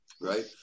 right